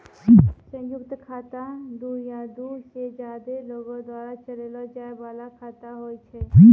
संयुक्त खाता दु या दु से ज्यादे लोगो द्वारा चलैलो जाय बाला खाता होय छै